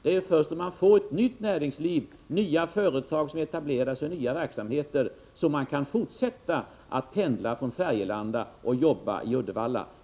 Det är ju först när man får ett nytt näringsliv — nya företag som etablerar sig och nya verksamheter — som man kan fortsätta att pendla från Färgelanda för att jobba i Uddevalla.